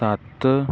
ਸੱਤ